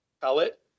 pellet